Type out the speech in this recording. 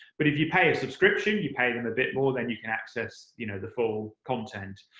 but if you pay a subscription, you pay them a bit more, then you can access you know the full content.